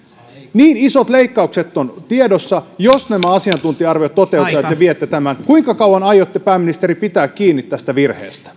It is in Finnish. niin isot leikkaukset on tiedossa jos nämä asiantuntija arviot toteutuvat ja te viette tämän kuinka kauan aiotte pääministeri pitää kiinni tästä virheestä